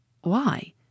Why